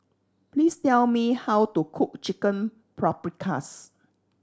please tell me how to cook Chicken Paprikas